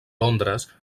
londres